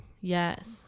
Yes